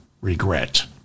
regret